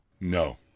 No